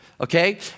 okay